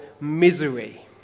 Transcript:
misery